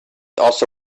also